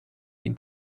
dem